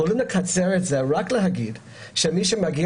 יכולים לקצר את זה ורק לומר שמי שמגיע